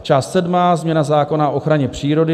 Část sedmá změna zákona o ochraně přírody.